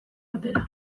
batera